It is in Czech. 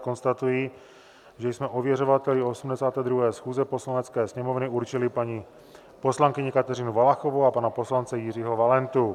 Konstatuji, že jsme ověřovateli 82. schůze Poslanecké sněmovny určili paní poslankyni Kateřinu Valachovou a pana poslance Jiřího Valentu.